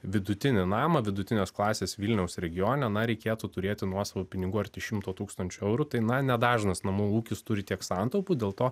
vidutinį namą vidutinės klasės vilniaus regione na reikėtų turėti nuosavų pinigų arti šimto tūkstančių eurų tai na nedažnas namų ūkis turi tiek santaupų dėl to